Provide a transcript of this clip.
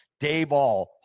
Dayball